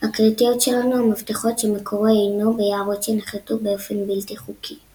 הקריטיות שלנו המבטיחות שמקורו אינו ביערות שנכרתו באופן בלתי חוקי".